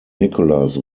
nicholas